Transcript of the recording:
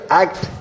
act